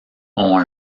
ont